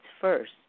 first